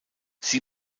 sie